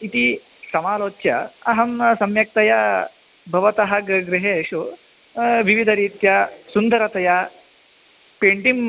इति समालोच्य अहं सम्यक्तया भवतः ग् गृहेषु विविधरीत्या सुन्दरतया पेण्टिङ्ग्